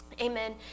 Amen